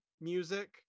music